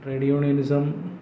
trade unionism